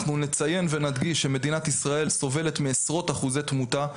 אנחנו נציין ונדגיש שמדינת ישראל סובלת מעשרות אחוזי תמותה,